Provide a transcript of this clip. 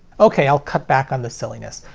ok, i'll cut back on the silliness.